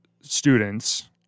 students